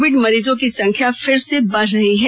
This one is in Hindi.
कोविड मरीजों की संख्या फिर से बढ़ रही है